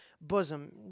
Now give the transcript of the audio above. bosom